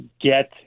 get